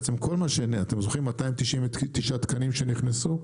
אתם זוכרים 299 תקנים שנכנסו?